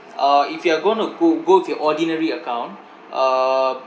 uh if you're going to go go with your ordinary account uh